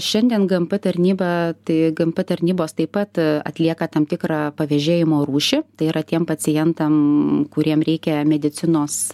šiandien gmp tarnyba tai gmp tarnybos taip pat atlieka tam tikrą pavėžėjimo rūšį tai yra tiem pacientam kuriem reikia medicinos